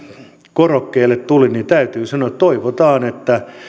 korokkeelle tulin niin täytyy sanoa että toivotaan